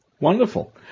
Wonderful